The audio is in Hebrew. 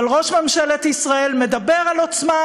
אבל ראש ממשלת ישראל מדבר על עוצמה